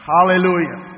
Hallelujah